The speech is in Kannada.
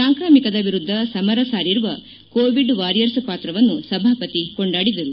ಸಾಂಕ್ರಾಮಿಕದ ವಿರುದ್ಧ ಸಮರ ಸಾರಿರುವ ಕೋವಿಡ್ ವಾರಿಯರ್ಸ ಪಾತ್ರವನ್ನು ಸಭಾಪತಿ ಕೊಂಡಾಡಿದರು